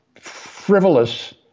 frivolous